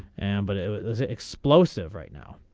and but it was explosive right now.